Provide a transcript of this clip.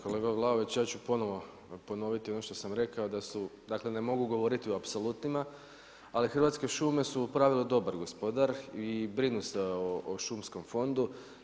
Kolega Vlaović, ja ću ponovno ponoviti ono što sam rekao da su, dakle ne mogu govoriti o apsolutima, ali Hrvatske šume su u pravilu dobar gospodar i brinu se o šumskom fondu.